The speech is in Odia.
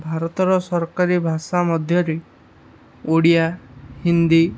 ଭାରତର ସରକାରୀ ଭାଷା ମଧ୍ୟରେ ଓଡ଼ିଆ ହିନ୍ଦୀ